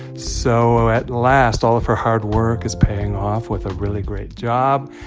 so at last, all of her hard work is paying off with a really great job.